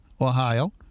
Ohio